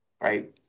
Right